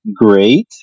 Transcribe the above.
great